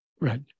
Right